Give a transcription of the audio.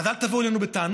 אז אל תבואו אלינו בטענות,